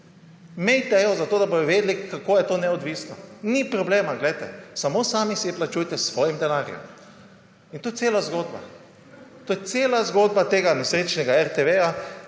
Imejte jo, zato da bodo vedeli, kako je to neodvisno. Ni problema, samo sami si plačujte s svojim denarjem. In to je cela zgodba. To je cela zgodba tega nesrečnega RTV,